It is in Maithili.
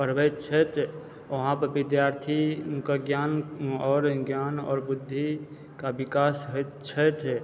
पढ़बैत छथि वहाँ पर विद्यार्थीके ज्ञान आओर ज्ञान आओर बुद्धिके विकास होएत छथि